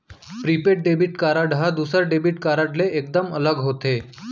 prepaid debit card ह दूसर debit card ले एकदम अलग होथे